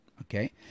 okay